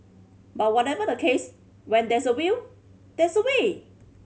but whatever the case when there's a will there's a way